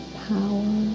power